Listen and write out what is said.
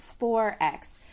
4X